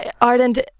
Ireland